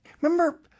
Remember